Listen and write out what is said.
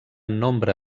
nombre